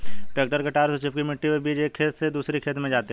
tractor के टायरों से चिपकी मिट्टी पर बीज एक खेत से दूसरे खेत में जाते है